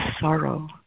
sorrow